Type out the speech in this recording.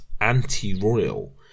anti-royal